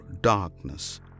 darkness